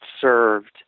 served